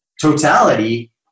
totality